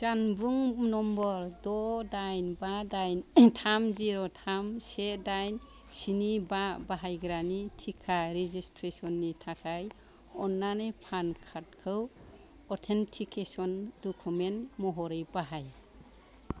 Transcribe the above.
जानबुं नाम्बार द दाइन बा दाइन थाम जिर थाम से दाइन स्नि बा बाहायग्रानि टिका रेजिसट्रेसननि थाखाय अन्नानै पान कार्डखौ अथेन्टिकेसन डकुमेन्ट महरै बाहाय